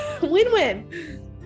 win-win